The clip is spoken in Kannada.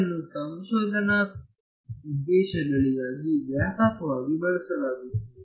ಇದನ್ನು ಸಂಶೋಧನಾ ಉದ್ದೇಶಗಳಿಗಾಗಿ ವ್ಯಾಪಕವಾಗಿ ಬಳಸಲಾಗುತ್ತದೆ